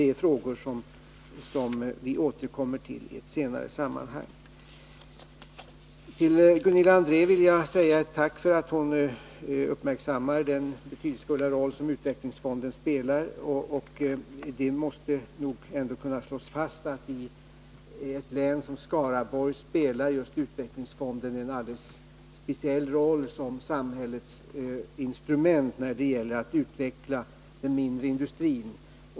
Till Gunilla André vill jag framföra ett tack för att hon uppmärksammar den betydelsefulla roll som utvecklingsfonden spelar. Det måste nog slås fast att utvecklingsfonden just i ett län som Skaraborg spelar en alldeles speciell roll som samhällets instrument när det gäller att utveckla den mindre industrin.